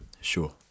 Sure